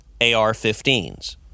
AR-15s